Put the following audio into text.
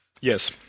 Yes